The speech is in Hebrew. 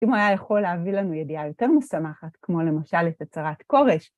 אם הוא היה יכול להביא לנו ידיעה יותר משמחת, כמו למשל את הצהרת כורש.